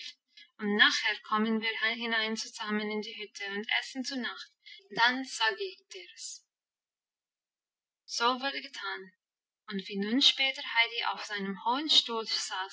und nachher kommen wir hinein zusammen in die hütte und essen zu nacht dann sag ich dir's so wurde getan und wie nun später heidi auf seinem hohen stuhl